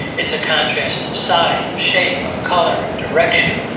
it's a contrast of size, of shape, of color, of direction,